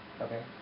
Okay